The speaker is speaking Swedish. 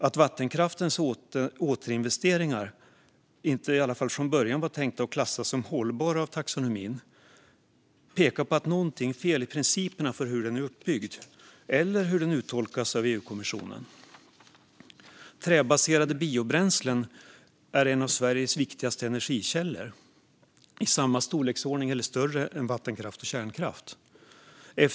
Att vattenkraftens återinvesteringar inte, i alla fall inte från början, var tänkta att klassas som hållbara av taxonomin pekar på att något är fel i principerna för hur den är uppbyggd eller hur den tolkas av EU-kommissionen. Träbaserade biobränslen är en av Sveriges viktigaste energikällor, i samma storleksordning som vattenkraft och kärnkraft, eller större.